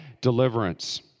deliverance